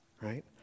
Right